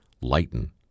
lighten